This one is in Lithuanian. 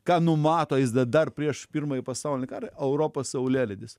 ką numato jis da dar prieš pirmąjį pasaulinį karą europos saulėlydis